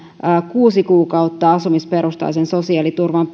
kuusi kuukautta asumisperusteisen sosiaaliturvan